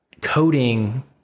coding